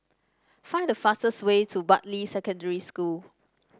find the fastest way to Bartley Secondary School